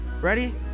Ready